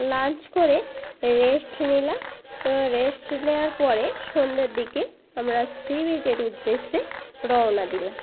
lunch করে rest নিলাম এবং রেস্ট নেওয়ার পরে সন্ধ্যের দিকে আমরা সি বিচের উদ্দেশ্যে রওনা দিলাম